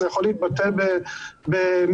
זה יכול להתבטא במתחמים,